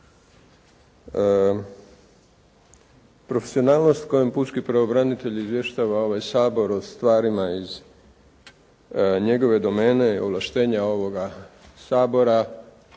Profesionalnost kojom pučki pravobranitelj izvještava ovaj Sabor o stvarima iz njegove domene, ovlaštenja ovoga Sabora